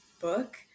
book